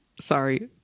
Sorry